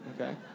Okay